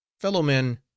fellow-men